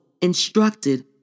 instructed